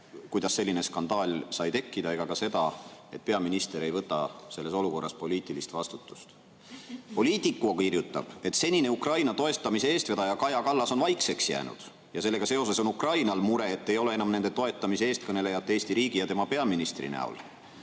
kuidas selline skandaal sai tekkida, ega ka seda, et peaminister ei võta selles olukorras poliitilist vastutust. Politico kirjutab, et senine Ukraina toetamise eestvedaja Kaja Kallas on vaikseks jäänud ja sellega seoses on Ukrainal mure, et ei ole enam nende toetamise eestkõnelejat Eesti riigi ja tema peaministri näol.